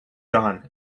dawn